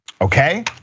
okay